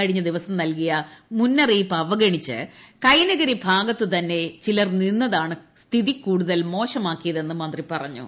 കഴിഞ്ഞ ദിവസം നൽകിയ മുന്നറിയിപ്പ് അവഗണിച്ച് കൈനകരി ഭാഗത്തുതന്നെ ചിലർ നിന്നതാണ് സ്ഥിതി കൂടുതൽ മോശമാക്കിയതെന്ന് മന്ത്രി പറഞ്ഞു